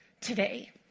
today